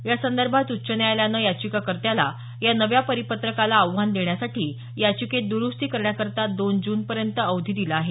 यासंदर्भात उच्च न्यायालयानं याचिकाकर्त्याला या नव्या परिपत्रकाला आव्हान देण्यासाठी याचिकेत दरुस्ती करण्याकरता दोन जूनपर्यंत अवधी दिला आहे